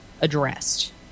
addressed